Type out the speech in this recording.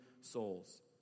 souls